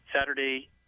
Saturday